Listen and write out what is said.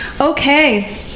Okay